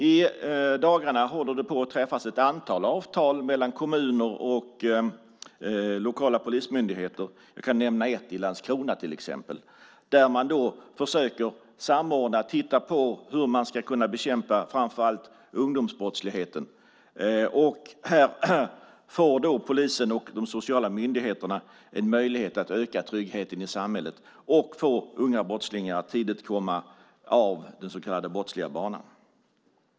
I dagarna håller det på att träffas ett antal avtal mellan kommuner och lokala polismyndigheter. Jag kan nämna ett i Landskrona till exempel där man försöker samordna och titta på hur man ska kunna bekämpa framför allt ungdomsbrottsligheten. Här får polisen och de sociala myndigheterna en möjlighet att öka tryggheten i samhället och få unga brottslingar att tidigt komma av den så kallade brottsliga banan.